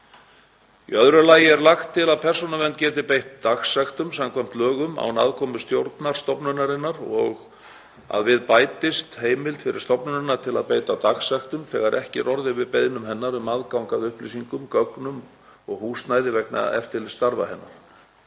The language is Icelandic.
Í öðru lagi er lagt til að Persónuvernd geti beitt dagsektum samkvæmt lögum án aðkomu stjórnar stofnunarinnar og að við bætist heimild fyrir stofnunina til að beita dagsektum þegar ekki er orðið við beiðnum hennar um aðgang að upplýsingum, gögnum og húsnæði vegna eftirlitsstarfa hennar.